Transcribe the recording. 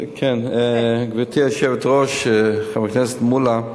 גברתי היושבת-ראש, חבר הכנסת מולה,